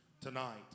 tonight